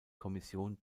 kommission